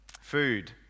Food